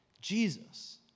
Jesus